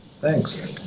Thanks